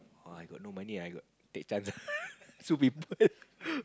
or I got no money I got take chance ah sue people